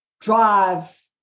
drive